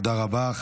תודה רבה.